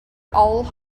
all